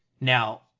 Now